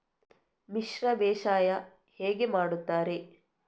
ಮಿಶ್ರ ಬೇಸಾಯ ಹೇಗೆ ಮಾಡುತ್ತಾರೆ?